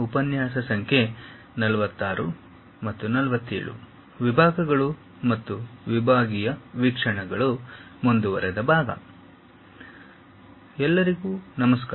ಉಪನ್ಯಾಸ 46 ಮತ್ತು 47 ವಿಭಾಗಗಳು ಮತ್ತು ವಿಭಾಗೀಯ ವೀಕ್ಷಣೆಗಳು ಸ್ಪರ್ಧೆ ಎಲ್ಲರಿಗೂ ನಮಸ್ಕಾರ